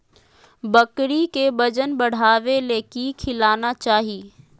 बकरी के वजन बढ़ावे ले की खिलाना चाही?